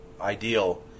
ideal